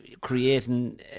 creating